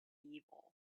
evil